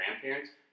grandparents